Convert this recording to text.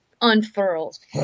unfurls